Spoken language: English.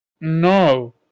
No